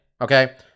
okay